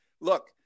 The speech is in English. look